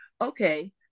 okay